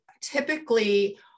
typically